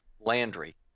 Landry